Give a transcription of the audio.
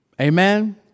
Amen